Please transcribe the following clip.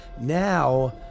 Now